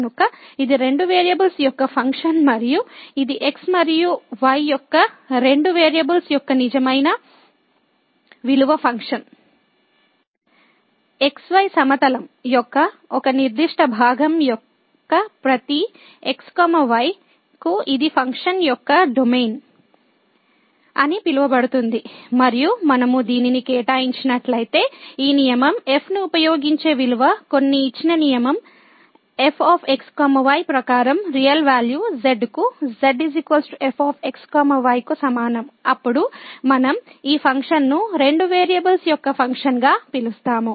కనుక ఇది రెండు వేరియబుల్స్ యొక్క ఫంక్షన్ మరియు ఇది x మరియు y యొక్క రెండు వేరియబుల్స్ యొక్క నిజమైన విలువ ఫంక్షన్ xy సమతలం యొక్క ఒక నిర్దిష్ట భాగం యొక్క ప్రతి x y కు ఇది ఫంక్షన్ యొక్క డొమైన్ అని పిలువబడుతుంది మరియు మనము దీనిని కేటాయించినట్లయితే ఈ నియమం f ను ఉపయోగించే విలువ కొన్ని ఇచ్చిన నియమం f x y ప్రకారం రియల్ వాల్యూ z కు z f x y కు సమానం అప్పుడు మనం ఈ ఫంక్షన్ను రెండు వేరియబుల్స్ యొక్క ఫంక్షన్గా పిలుస్తాము